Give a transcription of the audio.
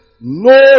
no